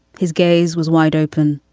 his gaze was wide open,